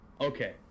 Okay